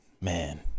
man